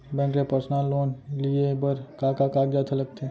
Bank ले personal loan लेये बर का का कागजात ह लगथे?